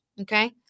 Okay